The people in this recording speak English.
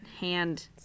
hand